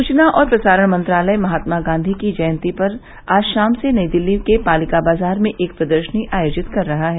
सूचना और प्रसारण मंत्रालय महात्मा गांधी की जयंती पर पर आज शाम से नई दिल्ली के पालिका बाजार में एक प्रदर्शनी आयोजित कर रहा है